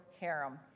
harem